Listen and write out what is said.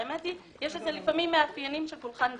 האמת היא, יש לזה לפעמים מאפיינים של פולחן דתי,